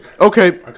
Okay